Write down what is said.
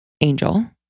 angel